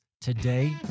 today